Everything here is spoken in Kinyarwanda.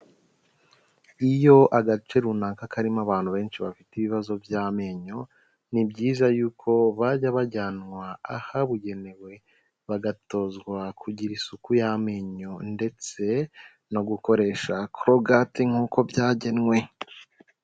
Iyo agace runaka karimo abantu benshi bafite ibibazo by'amenyo, ni byiza yuko bajya bajyanwa ahabugenewe bagatozwa kugira isuku y'amenyo ndetse no gukoresha korogate nkuko byagenwe.